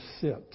sit